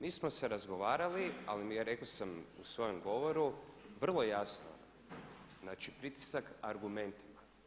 Mi smo se razgovarali, ali rekao sam u svojem govoru vrlo jasno, znači pritisak argumentima.